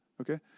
Okay